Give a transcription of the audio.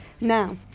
Now